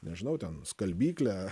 nežinau ten skalbyklę